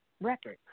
record